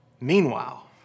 Meanwhile